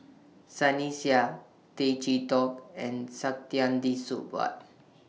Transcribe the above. Sunny Sia Tay Chee Toh and Saktiandi Supaat